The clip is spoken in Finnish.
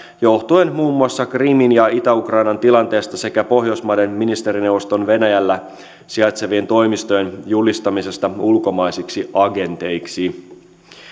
johtuen muun muassa krimin ja itä ukrainan tilanteesta sekä pohjoismaiden ministerineuvoston venäjällä sijaitsevien toimistojen julistamisesta ulkomaisiksi agenteiksi